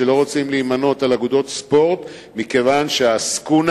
לא רוצים להימנות על אגודות ספורט מכיוון שה"עסקונה"